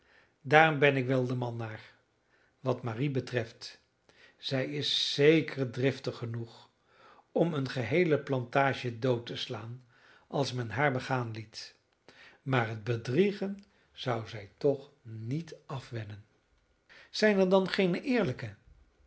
daar ben ik wel de man naar wat marie betreft zij is zeker driftig genoeg om eene geheele plantage dood te slaan als men haar begaan liet maar het bedriegen zou zij hun toch niet afwennen zijn er dan geene eerlijke